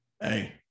Hey